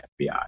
FBI